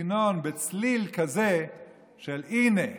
בצליל כזה של: הינה,